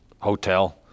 hotel